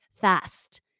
fast